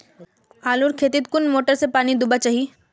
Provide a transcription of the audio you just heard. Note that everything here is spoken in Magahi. आलूर खेतीत कुन मोटर से पानी दुबा चही?